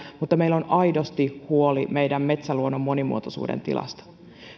mutta meillä on aidosti huoli meidän metsäluontomme monimuotoisuuden tilasta